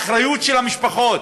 האחריות היא של המשפחות,